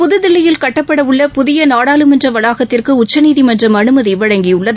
புதுதில்லியில் கட்டப்பட உள்ள புதிய நாடாளுமன்ற வளாகத்திற்கு உச்சநீதிமன்றம் அனுமதி வழங்கியுள்ளது